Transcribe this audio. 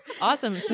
awesome